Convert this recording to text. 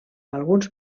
alguns